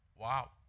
wow